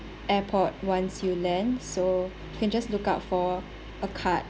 airport once you land so can just look out for a car